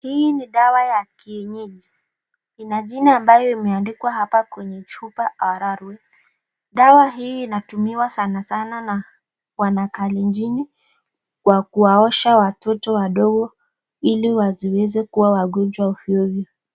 Hii ni dawa ya kienyeji. Ina jina ambayo imeandikwa hapa kwenye chupa Arorwet. Dawa hii inatumiwa sana sana na wanakalenjin kwa kuwaosha watoto wadogo ili wasiweze kuwa wagonjwa ovyo ovyo.